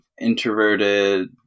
introverted